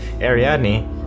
Ariadne